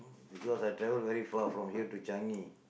because I travel very far from here to Changi